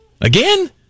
Again